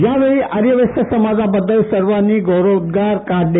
यावेळी आर्यवैश्य समाजाबद्दल सर्वांनी गौरवउद्गार काढले